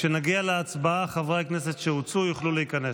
כשנגיע להצבעה חברי הכנסת שהוצאו יוכלו להיכנס.